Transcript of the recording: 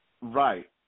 Right